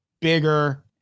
bigger